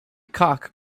cock